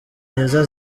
myiza